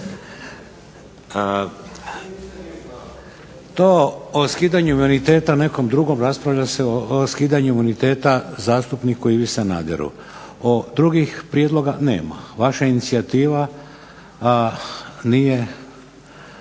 To o skidanju imuniteta nekom drugom raspravlja se o skidanju imuniteta zastupniku Ivi Sanaderu. Drugih prijedloga nema. Vaša inicijativa nije